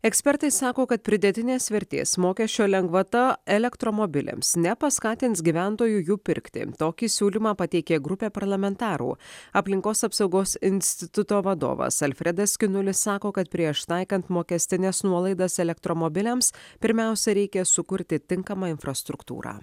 ekspertai sako kad pridėtinės vertės mokesčio lengvata elektromobiliams nepaskatins gyventojų jų pirkti tokį siūlymą pateikė grupė parlamentarų aplinkos apsaugos instituto vadovas alfredas skinulis sako kad prieš taikant mokestines nuolaidas elektromobiliams pirmiausia reikia sukurti tinkamą infrastruktūrą